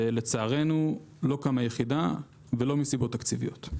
ולצערנו, לא קמה יחידה ולא מסיבות תקציביות.